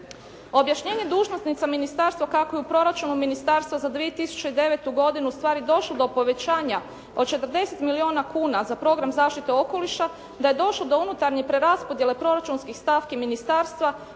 Objašnjenje dužnosnica Ministarstva kako je u proračunu Ministarstva za 2009. godinu ustvari došlo do povećanja od 40 milijuna kuna a za program zaštite okoliša da je došlo do unutarnje preraspodjele proračunskih stavki Ministarstva